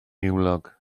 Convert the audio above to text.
niwlog